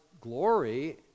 glory